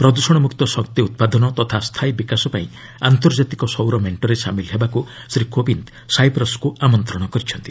ପ୍ରଦ୍ ଷଣମୁକ୍ତ ଶକ୍ତି ଉତ୍ପାଦନ ତଥା ସ୍ଥାୟୀ ବିକାଶ ପାଇଁ ଆନ୍ତର୍ଜାତିକ ସୌର ମେଣ୍ଟରେ ସାମିଲ ହେବାକୁ ଶ୍ରୀ କୋବିନ୍ଦ ସାଇପ୍ରସ୍କୁ ଆମନ୍ତ୍ରଣ କରିଛନ୍ତି